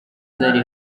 zari